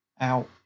out